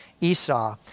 Esau